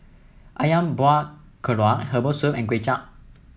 ayam Buah Keluak Herbal Soup and Kuay Chap